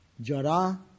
jara